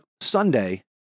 Sunday